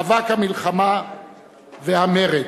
מאבק המלחמה והמרד.